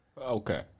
Okay